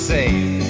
Safe